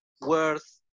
worth